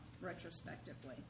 retrospectively